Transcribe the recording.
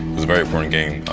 very important game,